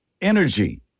energy